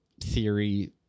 theory